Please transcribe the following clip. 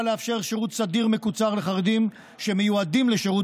לאפשר שירות סדיר מקוצר לחרדים שמיועדים לשירות